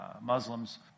Muslims